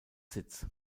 sitz